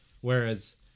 Whereas